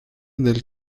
del